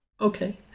Okay